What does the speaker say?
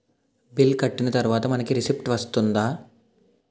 Bill కట్టిన తర్వాత మనకి రిసీప్ట్ వస్తుందా?